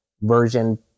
version